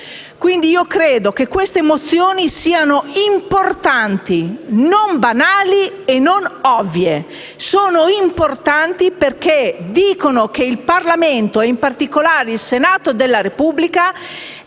mozioni oggi al nostro esame siano importanti, non banali e non ovvie. Sono importanti perché dicono che il Parlamento, e in particolare il Senato della Repubblica,